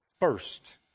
first